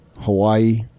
Hawaii